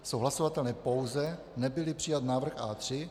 Jsou hlasovatelné pouze, nebylli přijat návrh A3.